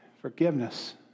Forgiveness